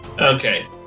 Okay